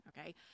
okay